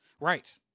Right